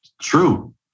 true